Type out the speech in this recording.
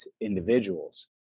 individuals